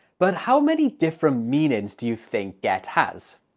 but how many different meanings do you think get has?